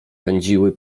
pędziły